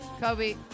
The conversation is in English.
Kobe